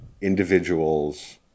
individuals